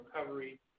recovery